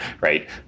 right